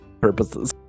purposes